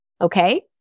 okay